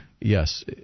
Yes